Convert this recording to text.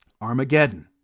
Armageddon